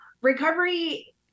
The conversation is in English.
recovery